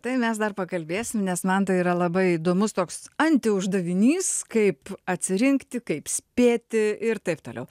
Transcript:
tai mes dar pakalbėsim nes man tai yra labai įdomus toks anti uždavinys kaip atsirinkti kaip spėti ir taip toliau